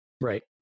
right